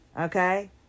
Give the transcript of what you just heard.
okay